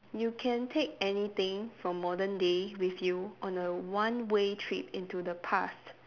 you can take anything from modern day with you on a one way trip into the past